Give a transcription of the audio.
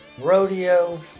rodeo